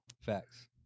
Facts